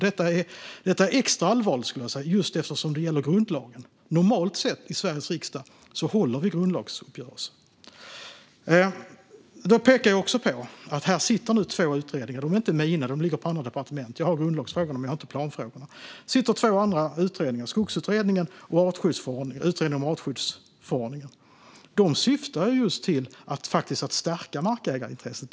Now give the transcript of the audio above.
Detta är extra allvarligt just eftersom det gäller grundlagen. Normalt sett i Sveriges riksdag håller vi grundlagsuppgörelser. Jag pekar också på två pågående utredningar. Det är inte mina; de ligger på andra departement. Jag har grundlagsfrågorna, men jag har inte planfrågorna. Det är Skogsutredningen och Utredningen om översyn av artskyddsförordningen, och båda syftar faktiskt till att stärka markägarintresset.